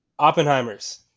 Oppenheimers